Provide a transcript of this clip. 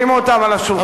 ותשימו אותן על השולחן.